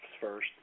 first